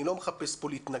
אני לא מחפש פה להתנגח,